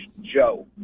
Joe